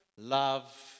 Love